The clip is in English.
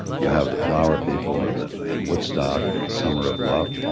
you have the flower people and the and woodstock and the summer of love,